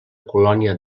colònia